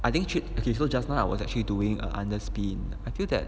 I think should okay so just now I was actually doing or a under spin I feel that